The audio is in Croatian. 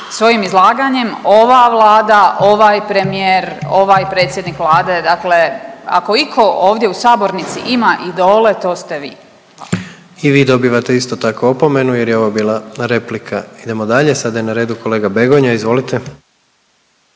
svojim izlaganjem ova Vlada, ovaj premijer, ovaj predsjednik Vlade. Dakle, ako itko ovdje u sabornici ima idole to ste vi. **Jandroković, Gordan (HDZ)** I vi dobivate isto tako opomenu jer je ovo bila replika. Idemo dalje, sada je na redu kolega Begonja, izvolite.